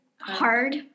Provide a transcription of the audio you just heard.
hard